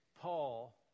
Paul